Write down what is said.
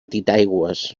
titaigües